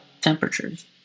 temperatures